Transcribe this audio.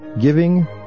giving